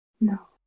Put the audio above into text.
no